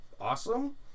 awesome